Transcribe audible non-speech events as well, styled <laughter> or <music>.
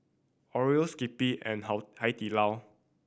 Oreo Skippy and <unintelligible> Hai Di Lao